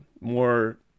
more